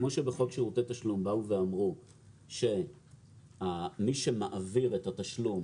כמו שבחוק שירותי תשלום באו ואמרו שמי שמעביר את התשלום,